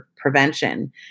prevention